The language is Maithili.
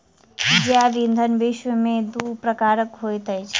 जैव ईंधन विश्व में दू प्रकारक होइत अछि